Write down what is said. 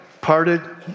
parted